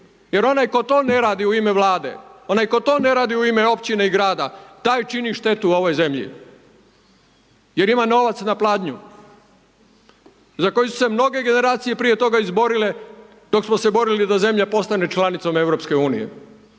jer onaj tko to ne radi u ime Vlade, onaj tko to ne radi u ime Općine i Grada, taj čini štetu ovoj zemlji, jer ima novaca na pladnju za koje su se mnoge generacije prije toga izborile dok smo se borili da zemlja postane članicom